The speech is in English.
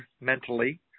mentally